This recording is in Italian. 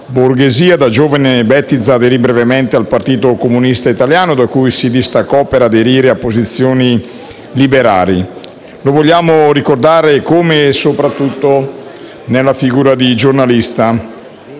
Spalato. Da giovane Bettiza aderì brevemente al Partito Comunista Italiano, da cui si distaccò per aderire a posizioni liberali. Vogliamo qui ricordarlo soprattutto nella figura di giornalista.